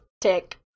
tick